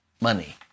money